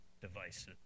devices